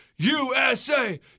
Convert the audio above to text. USA